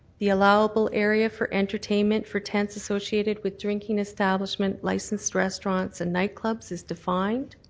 the allowable area for entertainment for tents so shoerbd with drinking establishment, licensed restaurants, and nightclubs is defined.